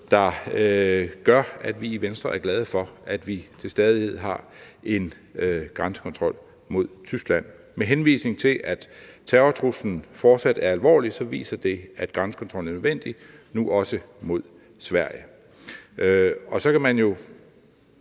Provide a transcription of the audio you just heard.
der gør, at vi i Venstre er glade for, at vi til stadighed har en grænsekontrol mod Tyskland. Med henvisning til at terrortruslen fortsat er alvorlig, viser det, at grænsekontrollen er nødvendig nu også mod Sverige. Og så kan man jo